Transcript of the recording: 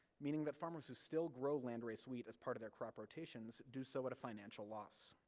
meaning that farmers who still grow landrace wheat as part of their crop rotations, do so at a financial loss.